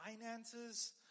finances